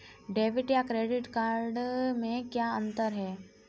Debit या credit card में क्या अन्तर है?